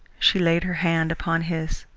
she laid her hand upon his.